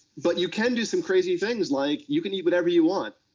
but you can do some crazy things, like you can eat whatever you want,